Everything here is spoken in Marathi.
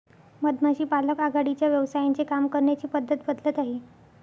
मधमाशी पालक आघाडीच्या व्यवसायांचे काम करण्याची पद्धत बदलत आहे